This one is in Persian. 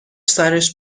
سرش